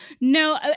No